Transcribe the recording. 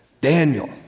Daniel